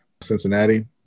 Cincinnati